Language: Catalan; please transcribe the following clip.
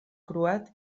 croat